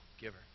giver